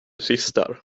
syster